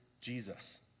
Jesus